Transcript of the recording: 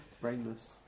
brainless